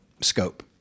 scope